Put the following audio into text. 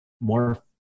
more